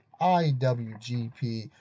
IWGP